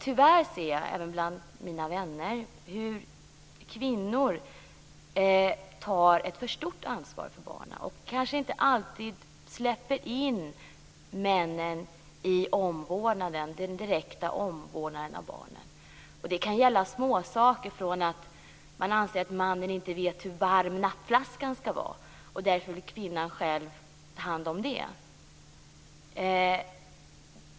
Tyvärr ser jag även bland mina vänner hur kvinnor tar ett för stort ansvar för barnen och kanske inte alltid släpper in männen i den direkta omvårdnaden av barnen. Det kan gälla småsaker, som att kvinnan anser att mannen inte vet hur varm nappflaskan skall vara och därför själv vill ta hand om det.